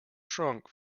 trunk